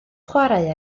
chwarae